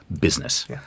business